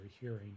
hearing